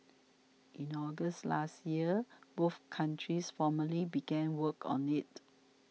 in August last year both countries formally began work on it